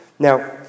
Now